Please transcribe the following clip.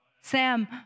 Sam